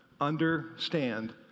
understand